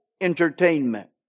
entertainment